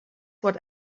what